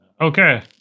Okay